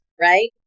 right